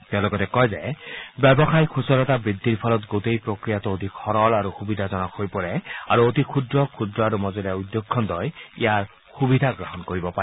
তেওঁ লগতে কয় যে ব্যৱসায়িক সূচলতা বৃদ্ধিৰ ফলত গোটেই প্ৰক্ৰিয়াটো অধিক সৰল তথা সুবিধাজনক হৈ পৰে আৰু অতি কুদ্ৰ ক্ষুদ্ৰ আৰু মজলীয়া উদ্যোগ খণ্ডই ইয়াৰ সুবিধা গ্ৰহণ কৰিব পাৰে